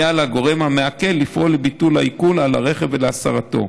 יהיה על הגורם המעקל לפעול לביטול העיקול על הרכב ולהסרתו.